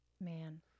Man